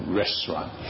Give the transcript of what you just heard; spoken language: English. restaurant